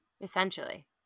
Essentially